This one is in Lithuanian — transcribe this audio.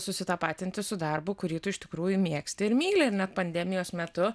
susitapatinti su darbu kurį tu iš tikrųjų mėgsti ir myli net pandemijos metu